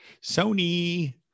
Sony